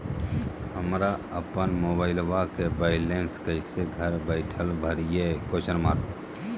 हमरा अपन मोबाइलबा के बैलेंस कैसे घर बैठल भरिए?